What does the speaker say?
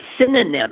synonym